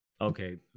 Okay